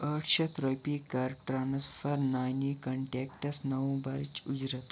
ٲٹھ شتھ رۄپیہِ کَر ٹرٛانٕسفر نانی کنٹیکٹَس نَومبرٕچ اُجرت